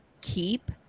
keep